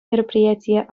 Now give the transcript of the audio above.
мероприятие